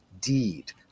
deed